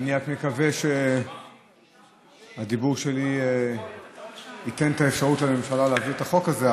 אני רק מקווה שהדיבור שלי ייתן את האפשרות לממשלה להעביר את החוק הזה,